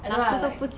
I don't know lah like